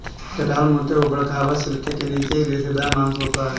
कटहल मोटे, ऊबड़ खाबड़ छिलके के नीचे एक रेशेदार मांस होता है